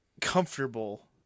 comfortable